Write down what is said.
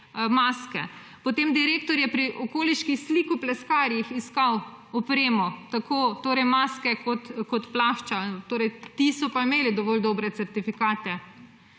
maske. Potem direktor je pri okoliških slikopleskarjih iskal opremo, tako maske kot plašče, torej ti so pa imeli dovolj dobre certifikate.